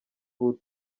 ubu